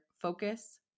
focus